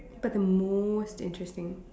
but the most interesting